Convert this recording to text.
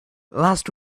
last